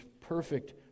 perfect